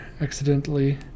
Accidentally